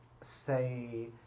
say